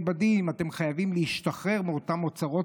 בדים: אתם חייבים להשתחרר מאותם אוצרות,